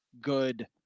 good